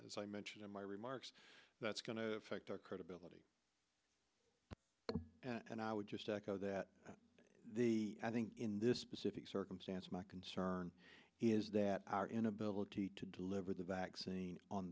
as i mentioned in my remarks that's going to affect our credibility and i would just echo that the i think in this specific circumstance my concern is that our inability to deliver the vaccine on